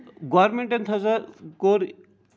گورمینٹَن ہسا کوٚر